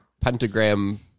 pentagram